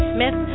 Smith